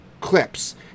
clips